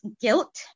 guilt